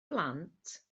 blant